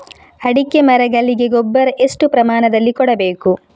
ಅಡಿಕೆ ಮರಗಳಿಗೆ ಗೊಬ್ಬರ ಎಷ್ಟು ಪ್ರಮಾಣದಲ್ಲಿ ಕೊಡಬೇಕು?